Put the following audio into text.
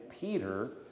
Peter